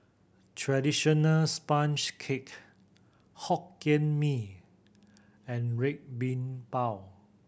traditional sponge cake Hokkien Mee and Red Bean Bao